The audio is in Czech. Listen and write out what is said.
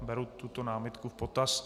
Beru tuto námitku v potaz.